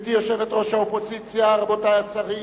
גברתי יושבת-ראש האופוזיציה, רבותי השרים,